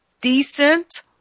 decent